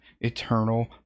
eternal